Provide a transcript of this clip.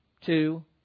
two